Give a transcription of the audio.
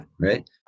Right